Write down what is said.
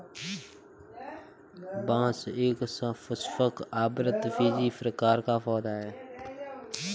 बांस एक सपुष्पक, आवृतबीजी प्रकार का पौधा है